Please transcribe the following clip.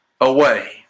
away